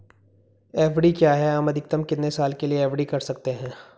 FD क्या है हम अधिकतम कितने साल के लिए एफ.डी कर सकते हैं?